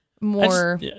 more